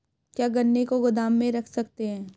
क्या गन्ने को गोदाम में रख सकते हैं?